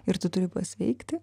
ir turi pasveikti